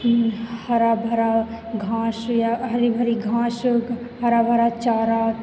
हरा भरा घास या हरी भरी घास क हरा भरा चारा